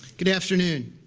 good afternoon.